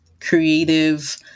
creative